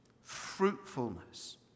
Fruitfulness